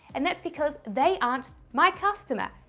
and that's because they aren't my customer.